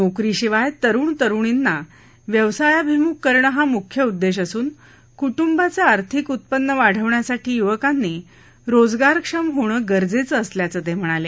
नोकरीशिवाय तरुण तरुणींना व्यवसायाभिमुख करणं हा मुख्य उद्देश असून कूटुंबाचं आर्थिक उत्पन्न वाढवण्यासाठी युवकांनी रोजगारक्षम होणं गरजेचं असल्याचं ते म्हणाले